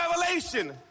revelation